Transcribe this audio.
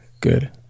good